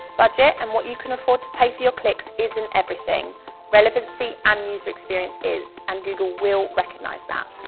budget and what you can afford to pay for your clicks isn't everything relevancy and user experience is, and google will recognise that!